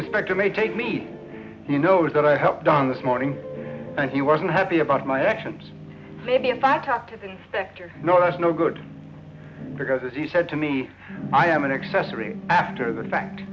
inspector may take me you know that i helped on this morning and he wasn't happy about my actions maybe if i talk to the inspector no i was no good because he said to me i am an accessory after the fact